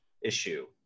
issue